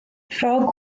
ffrog